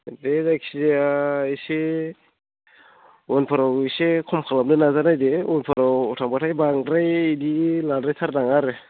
दे जायखिजाया एसे उनफोराव इसे खम खालामनो नाजा नायदो उनफोराव थांबाथाय बांद्राय बिदि लाद्राय थारनाङा आरो